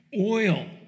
Oil